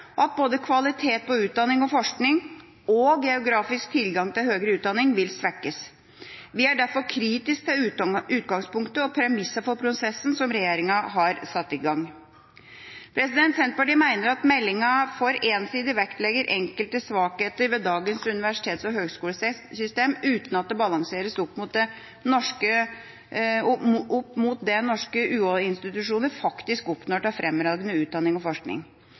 og at både kvalitet på utdanning og forskning og geografisk tilgang til høgere utdanning vil svekkes. Vi er derfor kritisk til utgangspunktet og premissene for prosessen som regjeringa har satt i gang. Senterpartiet mener meldinga for ensidig vektlegger enkelte svakheter ved dagens universitets- og høgskolesystem uten at det balanseres opp mot det norske UH-institusjoner faktisk oppnår av fremragende utdanning og forskning.